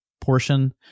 portion